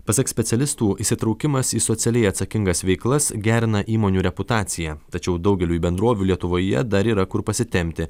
pasak specialistų įsitraukimas į socialiai atsakingas veiklas gerina įmonių reputaciją tačiau daugeliui bendrovių lietuvoje dar yra kur pasitempti